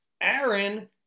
Aaron